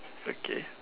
okay